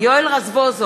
סתיו שפיר,